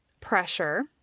pressure